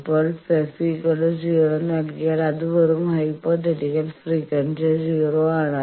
ഇപ്പോൾ നമ്മൾ f → 0 നൽകിയാൽ അത് വെറും ഹൈപോത്തറ്റിക്കൽ ഫ്രീക്വൻസി 0 ആണ്